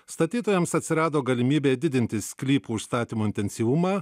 statytojams atsirado galimybė didinti sklypo užstatymo intensyvumą